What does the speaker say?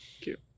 cute